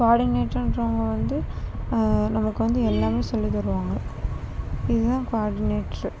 கோஆடினேட்டர்ன்றவங்க வந்து நமக்கு வந்து எல்லாமே சொல்லித்தருவாங்க இதுதான் கோஆடினேட்ரு